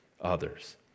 others